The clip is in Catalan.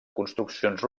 construccions